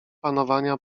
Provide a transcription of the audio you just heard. panowania